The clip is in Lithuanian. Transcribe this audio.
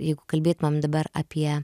jeigu kalbėt mum dabar apie